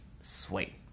sweet